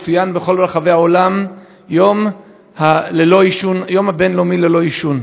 יצוין בכל רחבי העולם היום הבין-לאומי ללא עישון.